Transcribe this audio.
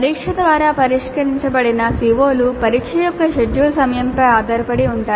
పరీక్ష ద్వారా పరిష్కరించబడిన CO లు పరీక్ష యొక్క షెడ్యూల్ సమయంపై ఆధారపడి ఉంటాయి